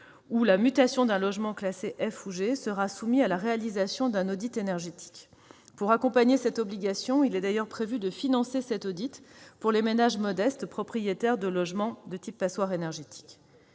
ou la mutation d'un même logement seront soumises à la réalisation d'un audit énergétique. Pour accompagner cette obligation, il est d'ailleurs prévu de financer cet audit pour les ménages modestes, propriétaires de logements de type passoire énergétique.